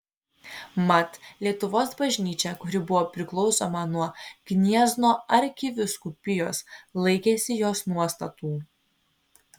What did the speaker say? mat lietuvos bažnyčia kuri buvo priklausoma nuo gniezno arkivyskupijos laikėsi jos nuostatų